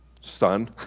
son